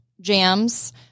jams